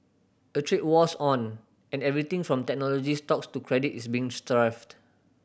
a trade war's on and everything from technology stocks to credit is being strafed